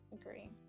agree